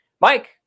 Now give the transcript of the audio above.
Mike